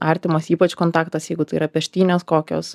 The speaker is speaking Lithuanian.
artimas ypač kontaktas jeigu tai yra peštynės kokios